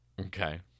okay